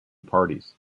parties